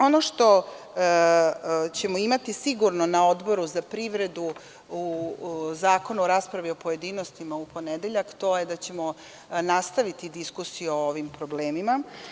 Ono što ćemo imati sigurno na Odboru za privredu o zakonu u raspravi u pojedinostima u ponedeljak je da ćemo nastaviti diskusiju o ovim problemima.